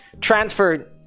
transferred